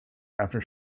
after